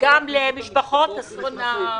וגם למשפחות אסון מירון.